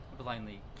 blindly